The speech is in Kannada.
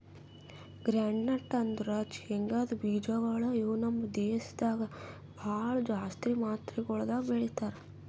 ಗ್ರೌಂಡ್ನಟ್ ಅಂದುರ್ ಶೇಂಗದ್ ಬೀಜಗೊಳ್ ಇವು ನಮ್ ದೇಶದಾಗ್ ಭಾಳ ಜಾಸ್ತಿ ಮಾತ್ರಗೊಳ್ದಾಗ್ ಬೆಳೀತಾರ